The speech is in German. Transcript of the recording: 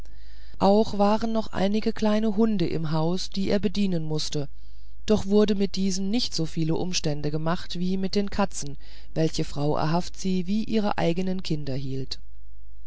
auch waren noch einige kleine hunde im haus die er bedienen mußte doch wurden mit diesen nicht so viele umstände gemacht wie mit den katzen welche frau ahavzi wie ihre eigenen kinder hielt